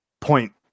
point